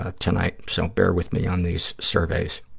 ah tonight, so bear with me on these surveys.